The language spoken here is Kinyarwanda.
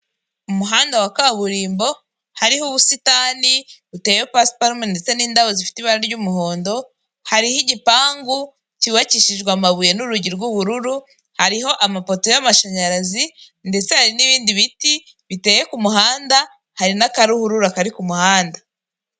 Ubu ni uburyo bwiza buri mu Rwanda kandi bumazemo igihe, buzwi nka manigaramu cyangwa wesiterini yuniyoni ubu buryo rero bumaze igihe bufasha abantu kohereza amafaranga mu mahanga cyangwa kubikuza amafaranga bohererejwe n'umuntu uri mu mahanga mu buryo bwiza kandi bwihuse, kandi bufite umutekano k'uko bimenyerewe hano mu urwanda.